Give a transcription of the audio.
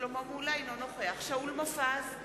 אינו נוכח שאול מופז,